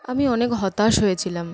আমি অনেক হতাশ হয়েছিলাম